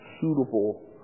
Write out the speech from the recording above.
suitable